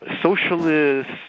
socialist